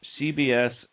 CBS